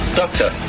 doctor